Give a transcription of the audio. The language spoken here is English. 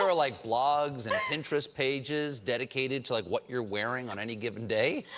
are like blogs and interest pages dedicated to like what you're wearing on any given day.